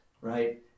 right